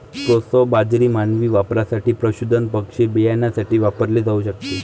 proso बाजरी मानवी वापरासाठी, पशुधन पक्षी बियाण्यासाठी वापरली जाऊ शकते